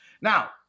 Now